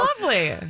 lovely